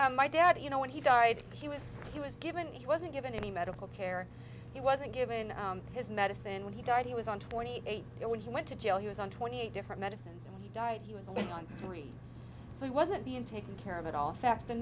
so my dad you know when he died he was he was given he wasn't given any medical care he wasn't given his medicine when he died he was on twenty eight and when he went to jail he was on twenty eight different medicines and he died he was away on three so he wasn't being taken care of at all